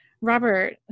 Robert